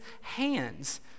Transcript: hands